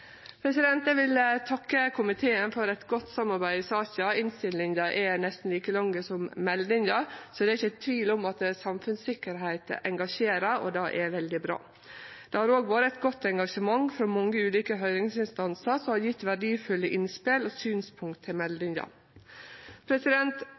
Eg vil takke komiteen for eit godt samarbeid i saka. Innstillinga er nesten like lang som meldinga, so det er ikkje tvil om at samfunnstryggleik engasjerer. Det er veldig bra. Det har òg vore eit godt engasjement frå mange ulike høyringsinstansar som har gjeve verdifulle innspel og synspunkt til